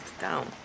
down